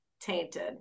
tainted